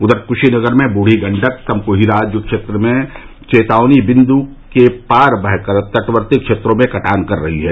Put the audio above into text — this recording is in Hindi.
उधर क्शीनगर में बूढ़ी गंडक तमकुहीराज क्षेत्र में चेतावनी बिन्दु के पार बह कर तटवर्ती क्षेत्रों में कटान कर रही है